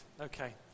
Okay